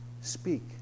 speak